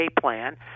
plan